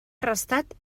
arrestat